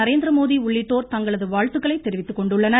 நரேந்திரமோடி உள்ளிட்டோர் தங்களது வாழ்த்துக்களை தெரிவித்துக்கொண்டுள்ளனர்